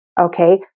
Okay